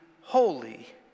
holy